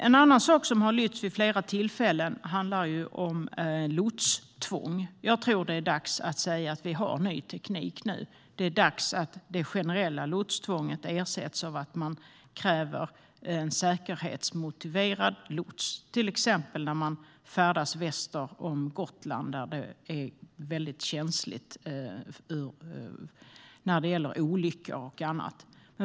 En annan sak som har lyfts fram vid flera tillfällen är lotstvånget. Vi har ny teknik nu, och jag tror att det är dags att det generella lotstvånget ersätts av att det ska krävas en säkerhetsmotiverad lots, till exempel när man färdas väster om Gotland, där det är väldigt känsligt för olyckor och annat.